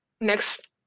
next